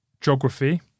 geography